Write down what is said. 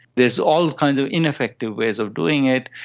there's all kinds of ineffective ways of doing it.